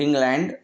England